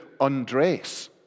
undress